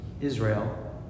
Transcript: Israel